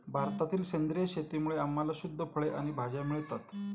भारतातील सेंद्रिय शेतीमुळे आम्हाला शुद्ध फळे आणि भाज्या मिळतात